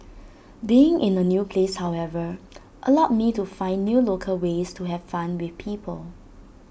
being in A new place however allowed me to find new local ways to have fun with people